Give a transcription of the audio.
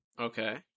Okay